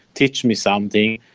teach me something.